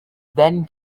then